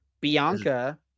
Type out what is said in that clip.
Bianca